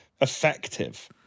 effective